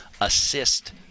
assist